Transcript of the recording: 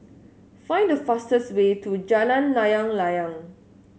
find the fastest way to Jalan Layang Layang